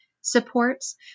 supports